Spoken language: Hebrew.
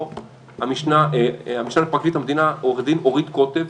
המשנה לפרקליט המדינה עו"ד אורית קוטב.